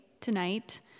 tonight